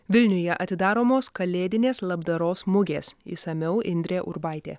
vilniuje atidaromos kalėdinės labdaros mugės išsamiau indrė urbaitė